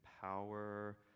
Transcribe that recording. power